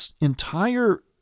entire